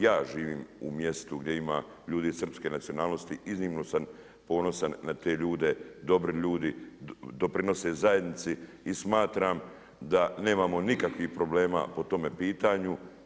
Ja živim u mjestu gdje ima ljudi srpske nacionalnosti, iznimno sam ponosan na te ljude, dobri ljudi, doprinose zajednici i smatram da nemamo nikakvih problema po tome pitanju.